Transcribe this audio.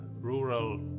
rural